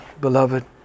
beloved